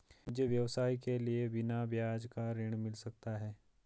मुझे व्यवसाय के लिए बिना ब्याज का ऋण मिल सकता है?